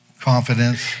confidence